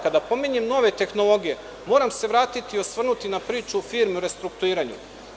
Kada pominjem nove tehnologije, moram se vratiti i osvrnuti na priču firmi u restrukturiranju.